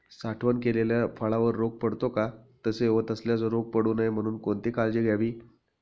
साठवण केलेल्या फळावर रोग पडतो का? तसे होत असल्यास रोग पडू नये म्हणून कोणती काळजी घ्यावी?